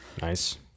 Nice